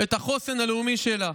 את החוסן הלאומי שלה.